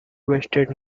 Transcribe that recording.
wasted